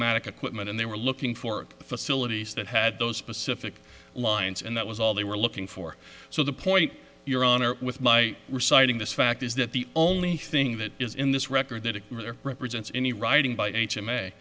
equipment and they were looking for facilities that had those specific lines and that was all they were looking for so the point your honor with my reciting this fact is that the only thing that is in this record that it represents any writing by h in may